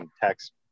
text